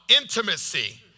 intimacy